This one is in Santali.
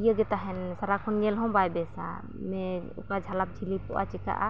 ᱤᱭᱟᱹᱜᱮ ᱛᱟᱦᱮᱱ ᱥᱟᱨᱟᱠᱷᱚᱱ ᱧᱮᱞ ᱦᱚᱸ ᱵᱟᱭ ᱵᱮᱥᱟ ᱚᱠᱟ ᱡᱷᱟᱞᱟᱠ ᱡᱷᱤᱞᱤᱠᱚᱜᱼᱟ ᱪᱮᱠᱟᱜᱼᱟ